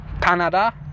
Canada